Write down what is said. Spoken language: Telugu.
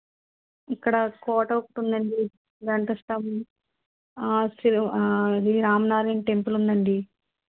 ఇక్కడ కోట ఒకటుందండి గంట స్థంభం రాంనారాయణ టెంపుల్ ఉందండి